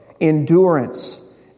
endurance